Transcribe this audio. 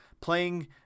Playing